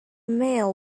male